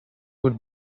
would